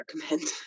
recommend